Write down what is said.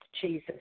Jesus